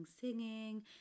singing